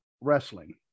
wrestling